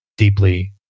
Deeply